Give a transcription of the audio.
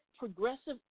progressive